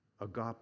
agape